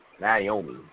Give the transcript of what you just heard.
Naomi